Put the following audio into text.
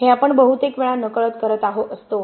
हे आपण बहुतेक वेळा नकळत करत असतो